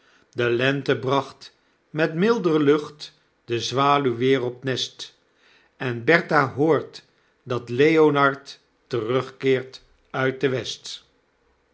de lente bracht met milder lucht de zwaluw weer op t nest en bertha hoort dat leonard terugkeert uit de west